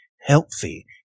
Healthy